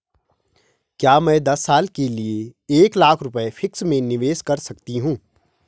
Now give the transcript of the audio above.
क्या मैं दस साल के लिए एक लाख रुपये फिक्स में निवेश कर सकती हूँ?